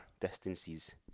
distances